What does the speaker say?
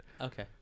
Okay